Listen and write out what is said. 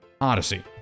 Odyssey